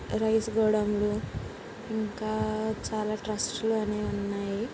rice గోడౌన్లు ఇంకా చాలా ట్రస్టులు అనేవి ఉన్నాయి